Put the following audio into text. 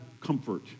comfort